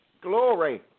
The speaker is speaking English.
Glory